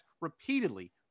repeatedly